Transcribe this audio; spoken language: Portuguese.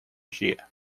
dia